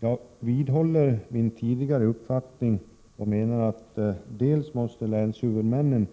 Jag vidhåller min tidigare uppfattning och menar att dels måste länshuvudmännen